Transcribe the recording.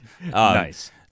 Nice